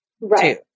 Right